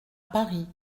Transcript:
paris